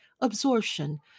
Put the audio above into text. absorption